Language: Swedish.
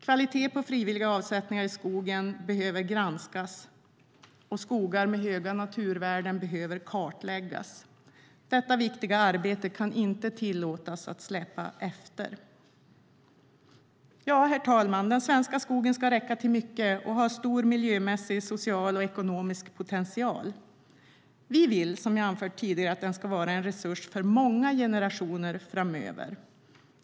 Kvaliteten på frivilliga avsättningar i skogen behöver granskas, och skogar med höga naturvärden behöver kartläggas. Detta viktiga arbete kan inte tillåtas att släpa efter. Herr talman! Den svenska skogen ska räcka till mycket och har stor miljömässig, social och ekonomisk potential. Vi vill, som jag anfört tidigare, att den ska vara en resurs för många generationer framöver.